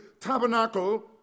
tabernacle